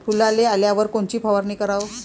फुलाले आल्यावर कोनची फवारनी कराव?